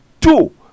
Two